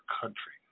country